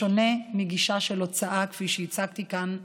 בשונה מגישה של הוצאה, כפי שהצגתי כאן בנאום.